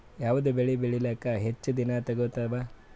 ಯಾವದ ಬೆಳಿ ಬೇಳಿಲಾಕ ಹೆಚ್ಚ ದಿನಾ ತೋಗತ್ತಾವ?